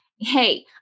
hey